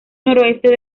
noreste